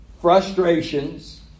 frustrations